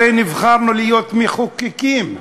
הרי נבחרנו להיות מחוקקים,